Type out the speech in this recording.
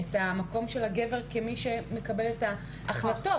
המקום של הגבר כמי שמקבל את ההחלטות,